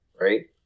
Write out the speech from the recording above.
right